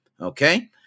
okay